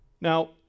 Now